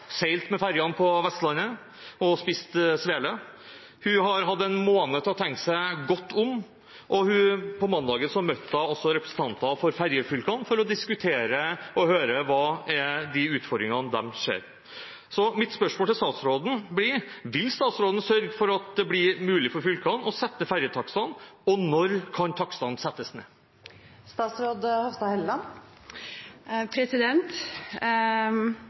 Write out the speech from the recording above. tenke seg godt om, og på mandag møtte hun også representanter for ferjefylkene for å diskutere og høre hvilke utfordringer de ser. Mitt spørsmål til statsråden blir: Vil statsråden sørge for at det blir mulig for fylkene å sette ned ferjetakstene, og når kan takstene settes ned?